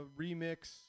remix